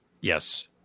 Yes